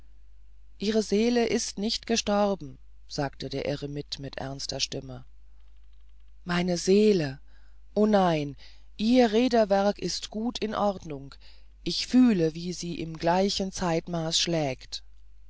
ihre seele ist nicht erstorben sagte der eremit mit ernster stimme meine seele o nein ihr räderwerk ist gut in ordnung ich fühle wie sie in gleichem zeitmaß schlägt